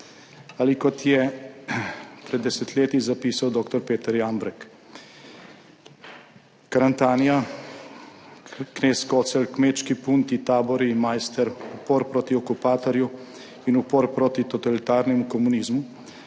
Ali kot je pred desetletji zapisal dr. Peter Jambrek: »Karantanija, knez Kocelj, kmečki punti, tabori, Maister, upor proti okupatorju in upor proti totalitarnemu komunizmu